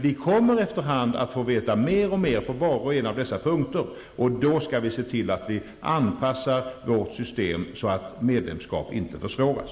Vi kommer efter hand att få veta mer och mer på var och en av dessa punkter, och då skall vi se till att anpassa vårt system så att medlemskap inte försvåras.